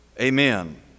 Amen